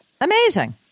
Amazing